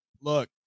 Look